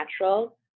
natural